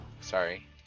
sorry